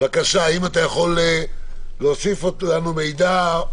האם אתה יכול להוסיף לנו ידע.